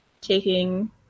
taking